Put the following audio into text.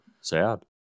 sad